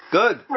good